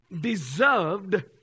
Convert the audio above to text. deserved